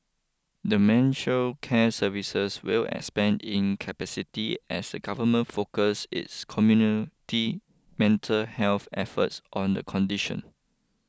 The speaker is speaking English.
dementia care services will expand in capacity as the Government focus its community mental health efforts on the condition